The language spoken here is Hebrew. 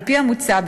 על-פי המוצע,